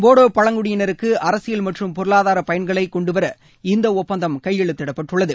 போடோ பழங்குடியினருக்கு அரசியல் மற்றம் பொருளாதார பயன்களை கொண்டுவர இந்த ஒப்பந்தம் கையெழுத்திடப்பட்டுள்ளது